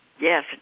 Yes